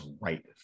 right